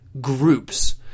groups